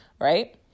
right